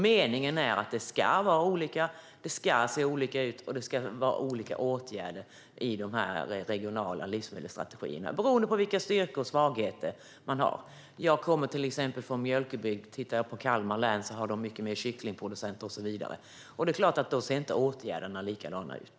Meningen är att det ska vara olika, att det ska se olika ut och att det ska vara olika åtgärder i de regionala livsmedelsstrategierna beroende på vilka styrkor och svagheter som finns. Jag kommer till exempel från en mjölkbygd. Tittar jag på Kalmar län har de mycket mer kycklingproducenter och så vidare. Då är det klart att åtgärderna inte ser likadana ut.